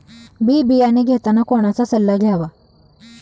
बी बियाणे घेताना कोणाचा सल्ला घ्यावा?